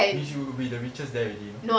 means you would be the richest there already